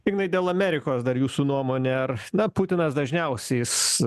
ignai dėl amerikos dar jūsų nuomonė ar na putinas dažniausiai jis